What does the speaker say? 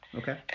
okay